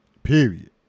Period